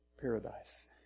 paradise